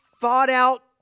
thought-out